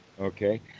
Okay